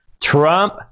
Trump